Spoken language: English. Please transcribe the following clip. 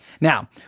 Now